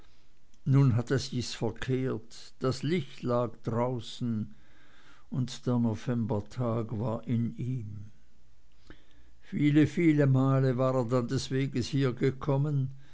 nun hatte sich's verkehrt das licht lag draußen und der novembertag war in ihm viele viele male war er dann des weges hier gekommen